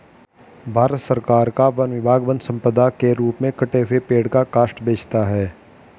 भारत सरकार का वन विभाग वन सम्पदा के रूप में कटे हुए पेड़ का काष्ठ बेचता है